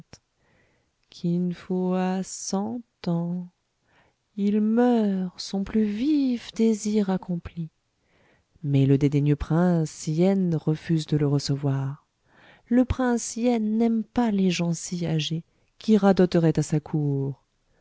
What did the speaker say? kin fo a cent ans il meurt son plus vif désir accompli mais le dédaigneux prince ien refuse de le recevoir le prince ien n'aime pas les gens si âgés qui radoteraient à sa cour